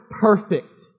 perfect